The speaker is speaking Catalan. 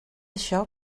això